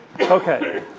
Okay